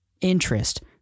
interest